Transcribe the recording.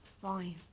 Fine